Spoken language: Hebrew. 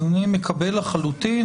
אני מקבל לחלוטין.